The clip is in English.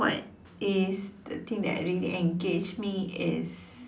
what it is the thing that really engage me is